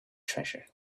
treasure